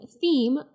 theme